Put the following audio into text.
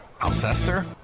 Alcester